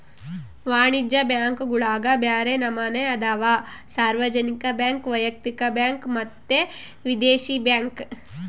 ವಾಣಿಜ್ಯ ಬ್ಯಾಂಕುಗುಳಗ ಬ್ಯರೆ ನಮನೆ ಅದವ, ಸಾರ್ವಜನಿಕ ಬ್ಯಾಂಕ್, ವೈಯಕ್ತಿಕ ಬ್ಯಾಂಕ್ ಮತ್ತೆ ವಿದೇಶಿ ಬ್ಯಾಂಕ್